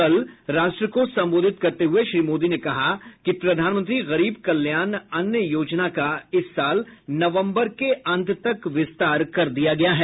कल राष्ट्र को सम्बोधित करते हुए श्री मोदी ने कहा कि प्रधानमंत्री गरीब कल्याण अन्न योजना का इस साल नवम्बर के अंत तक विस्तार कर दिया गया है